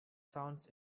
sounds